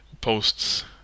posts